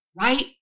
right